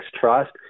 Trust